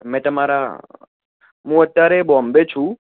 મેં તમારા હું અત્યારે બોમ્બે છું